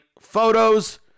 photos